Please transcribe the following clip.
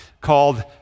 called